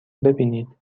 ببینید